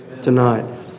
tonight